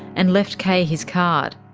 and left kay his card.